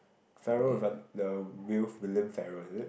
Pharrell with uh the Will William-Pharrell is it